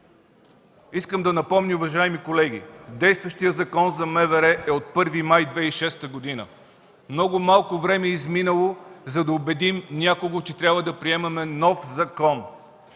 Искам да напомня, уважаеми колеги – действащият Закон за МВР е от 1 май 2006 г.! Много малко време е изминало, за да убедим някого, че трябва да приемаме нов закон.